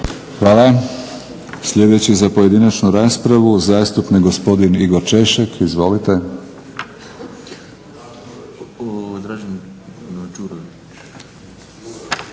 Hvala. Sljedeći za pojedinačnu raspravu zastupnik gospodin Igor Češek. Izvolite.